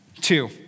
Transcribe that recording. Two